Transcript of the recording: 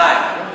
מתי?